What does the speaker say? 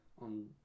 on